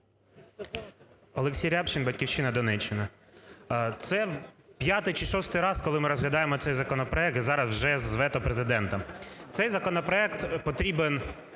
Олексій Рябчин, "Батьківщина", Донеччина. Це п'ятий чи шостий раз, коли ми розглядаємо цей законопроект, зараз вже з вето Президента. Цей законопроект потрібен